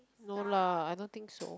no lah I don't think so